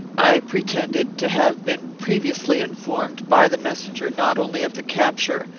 i pretended to have been previously informed by the messenger not only of the capture,